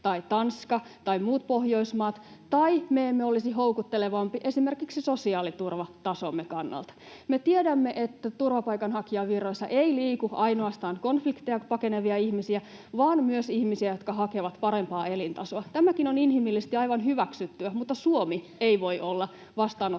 tai Tanska tai muut Pohjoismaat tai me emme olisi houkuttelevampi esimerkiksi sosiaaliturvatasomme kannalta. Me tiedämme, että turvapaikanhakijavirroissa ei liiku ainoastaan konflikteja pakenevia ihmisiä vaan myös ihmisiä, jotka hakevat parempaa elintasoa. Tämäkin on inhimillisesti aivan hyväksyttyä, mutta Suomi ei voi olla vastaanottajamaa.